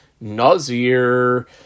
Nazir